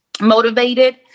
motivated